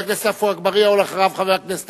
חבר הכנסת